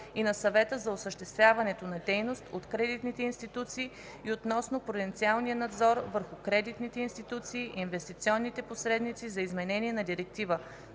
и на Съвета за осъществяването на дейност от кредитните институции и относно пруденциалния надзор върху кредитните институции и инвестиционните посредници за изменение на Директива